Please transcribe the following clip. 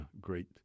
great